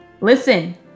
Listen